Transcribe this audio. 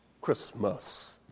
Christmas